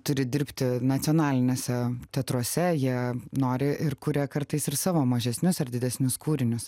turi dirbti nacionaliniuose teatruose jie nori ir kuria kartais ir savo mažesnius ar didesnius kūrinius